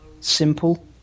simple